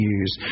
use